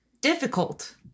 difficult